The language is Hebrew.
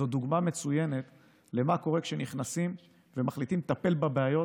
זאת דוגמה מצוינת למה שקורה כשנכנסים ומחליטים לטפל בבעיות,